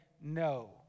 no